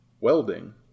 Welding